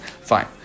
Fine